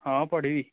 ହଁ ପଢ଼ିବି